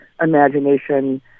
imagination